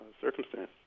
circumstance